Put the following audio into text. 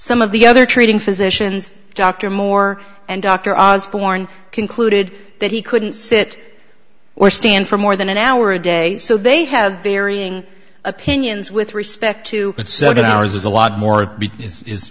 some of the other treating physicians dr moore and dr oz bourne concluded that he couldn't sit or stand for more than an hour a day so they have varying opinions with respect to ours is a lot more is